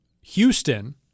Houston